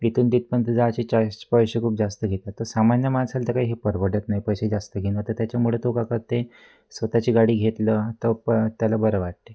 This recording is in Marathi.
इथून तिथपर्यंत जायचे चाळीस पैसे खूप जास्त घेतात तर सामान्य माणसाला तर काही हे परवडत नाही पैसे जास्त घेणं तर त्याच्यामुळं तो का करते स्वतःची गाडी घेतलं तर प त्याला बरं वाटते